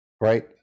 right